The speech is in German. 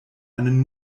einen